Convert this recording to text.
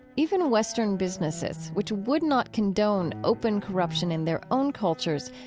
even western businesses, which would not condone open corruption in their own cultures,